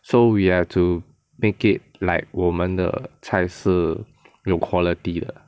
so we have to make it like 我们的菜是有 quality 的